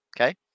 okay